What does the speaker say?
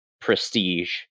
prestige